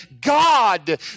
God